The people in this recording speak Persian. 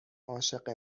عاشق